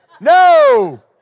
No